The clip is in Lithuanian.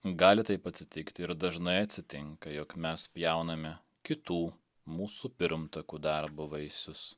gali taip atsitikti ir dažnai atsitinka jog mes pjauname kitų mūsų pirmtakų darbo vaisius